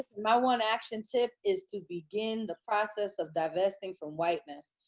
my one action tip is to begin the process of divesting from whiteness.